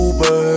Uber